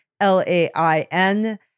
L-A-I-N